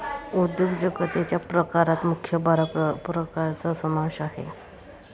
उद्योजकतेच्या प्रकारात मुख्य बारा प्रकारांचा समावेश आहे